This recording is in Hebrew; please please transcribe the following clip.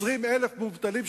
20,000 המובטלים,